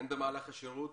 הן במהלך השירות